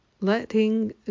Letting